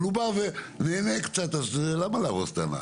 אבל הוא בא ונהנה קצת, אז למה להרוס את ההנאה?